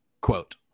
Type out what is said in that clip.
quote